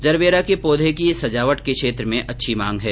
gerbera के पौधे की सजावट के क्षेत्र में अच्छी मांग है